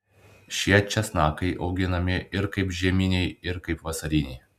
šie česnakai auginami ir kaip žieminiai ir kaip vasariniai